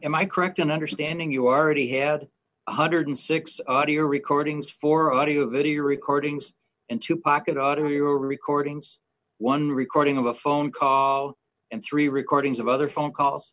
am i correct in understanding you are already had one hundred and six audio recordings for audio video recordings and to pocket audio we were recordings one recording of a phone call and three recordings of other phone calls